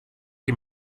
che